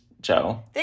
Joe